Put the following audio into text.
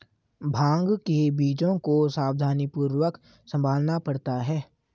भांग के बीजों को सावधानीपूर्वक संभालना पड़ता है